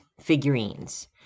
figurines